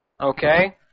Okay